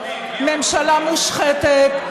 ממשלה מושחתת,